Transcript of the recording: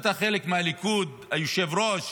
ואתה חלק מהליכוד, היושב-ראש,